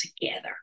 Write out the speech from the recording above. together